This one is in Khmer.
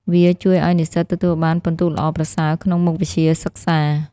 វាជួយឱ្យនិស្សិតទទួលបានពិន្ទុល្អប្រសើរក្នុងមុខវិជ្ជាសិក្សា។